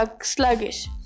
sluggish